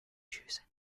choosing